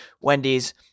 Wendy's